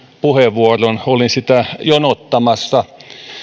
puheenvuoron olin sitä jonottamassa